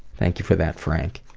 thank you for that, frank.